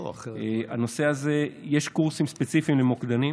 יש קורסים ספציפיים למוקדנים